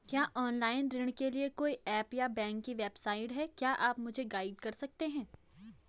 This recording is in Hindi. क्या ऑनलाइन ऋण के लिए कोई ऐप या बैंक की वेबसाइट है क्या आप मुझे गाइड कर सकते हैं?